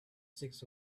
six